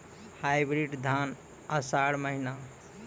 Hybrid धान आषाढ़ महीना?